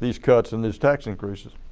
these cuts and these tax increases.